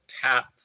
tap